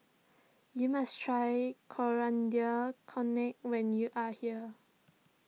you must try Coriander Chutney when you are here